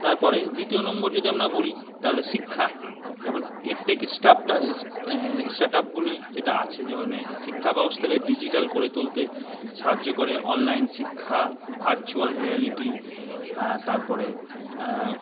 তারপরে দ্বিতীয় নম্বর যদি আমরা বলি তাহলে শিক্ষা যেমন এডটেক স্টাপটা স্টার্টআপগুলি যেটা আছে যেমন শিক্ষা ব্যবস্থাকে ডিজিটাল করে তুলতে সাহায্য করে অনলাইন শিক্ষা ভার্চুয়াল রিয়ালিটি তারপরে